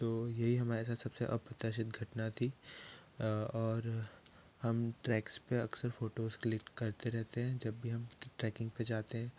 तो यही हमारे साथ सबसे अप्रत्याशीत घटना थी और हम ट्रैक्स पर अक्सर फोटोज क्लिक करते रहते हैं जब भी हम ट्रैकिंग पर जाते हैं